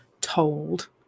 told